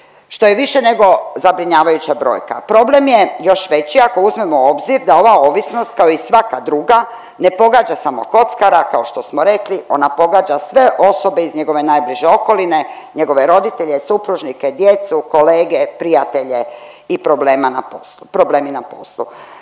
što je više nego zabrinjavajuća brojka. Problem je još veći ako uzmemo u obzir da ova ovisnost kao i svaka druga ne pogađa samo kockara kao što smo rekli ona pogađa sve osobe iz njegove najbliže okoline, njegove roditelje, supružnike, djecu, kolege, prijatelje i problemi na poslu.